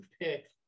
pick